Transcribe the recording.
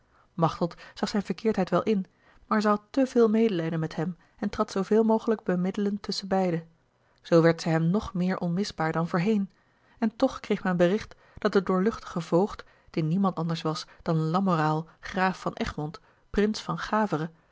machteld zag zijne verkeerdheid wel in maar zij had te veel medelijden met hem en trad zooveel mogelijk bemiddelend tusschenbeide zoo werd zij hem nog meer onmisbaar dan voorheen en toch kreeg men bericht dat de doorluchtige voogd die niemand anders was dan lamoraal graaf van egmond prins van gavere